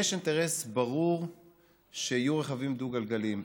יש אינטרס ברור שיהיו רכבים דו-גלגליים.